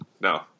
No